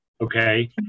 Okay